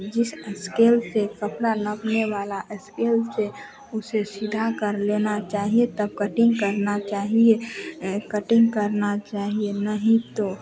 जिस स्केल से कपड़ा नापने वाले स्केल से उसे सीधा कर लेना चाहिए तब कटिन्ग करनी चाहिए कटिन्ग करनी चाहिए नहीं तो